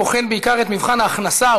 הבוחן בעיקר את מבחן ההכנסה,